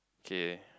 okay